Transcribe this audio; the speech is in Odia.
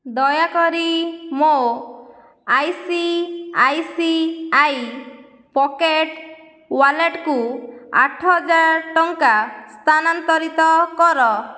ଦୟାକରି ମୋ I C I C I pocket ୱାଲେଟ୍କୁ ଆଠ ହଜାର ଟଙ୍କା ସ୍ଥାନାନ୍ତରିତ କର